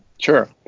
Sure